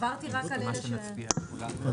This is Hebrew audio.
לא.